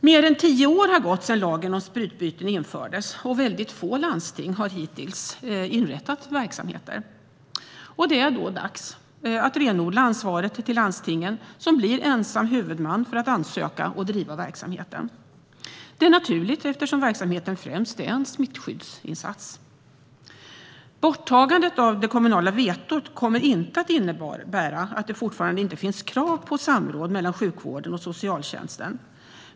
Mer än tio år har gått sedan lagen om sprututbyten infördes, och väldigt få landsting har hittills inrättat verksamheter. Det är då dags att renodla ansvaret till landstinget, som blir ensam huvudman för att ansöka om och driva verksamheten. Det är naturligt eftersom verksamheten främst är en smittskyddsinsats. Borttagandet av det kommunala vetot kommer inte att innebära att det inte finns krav på samråd mellan sjukvården och socialtjänsten.